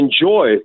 enjoy